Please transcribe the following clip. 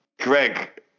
Greg